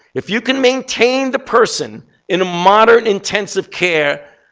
if you can maintain the person in a moderate intensive care,